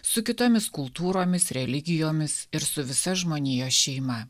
su kitomis kultūromis religijomis ir su visa žmonijos šeima